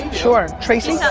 sure tracy?